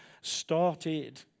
started